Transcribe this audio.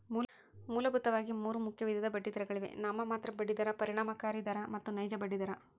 ಮೂಲಭೂತವಾಗಿ ಮೂರು ಮುಖ್ಯ ವಿಧದ ಬಡ್ಡಿದರಗಳಿವೆ ನಾಮಮಾತ್ರ ಬಡ್ಡಿ ದರ, ಪರಿಣಾಮಕಾರಿ ದರ ಮತ್ತು ನೈಜ ಬಡ್ಡಿ ದರ